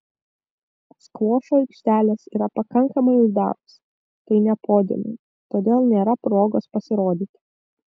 skvošo aikštelės yra pakankamai uždaros tai ne podiumai todėl nėra progos pasirodyti